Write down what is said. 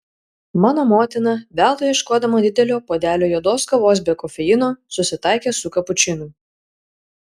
mano motina veltui ieškodama didelio puodelio juodos kavos be kofeino susitaikė su kapučinu